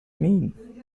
mean